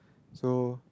so